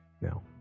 No